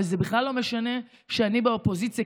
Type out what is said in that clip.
וזה בכלל לא משנה שאני באופוזיציה,